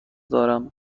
دارم